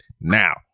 now